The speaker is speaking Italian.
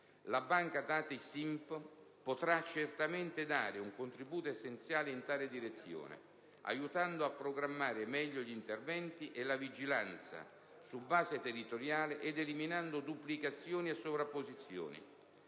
La banca dati SINP potrà certamente dare un contributo essenziale in tale direzione, aiutando a programmare meglio gli interventi e la vigilanza su base territoriale ed eliminando duplicazioni e sovrapposizioni.